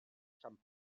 sant